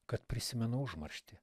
kad prisimenu užmarštį